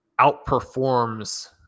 outperforms